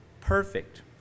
perfect